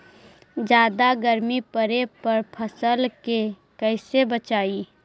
जादा गर्मी पड़े पर फसल के कैसे बचाई?